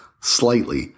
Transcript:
slightly